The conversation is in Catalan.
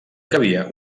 cabia